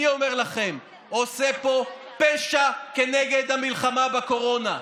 אני אומר לכם, עושה פה פשע כנגד המלחמה בקורונה.